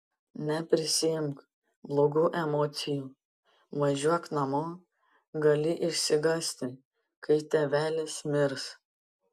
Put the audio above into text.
neprisiimk blogų emocijų važiuok namo gali išsigąsti kai tėvelis mirs